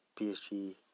PSG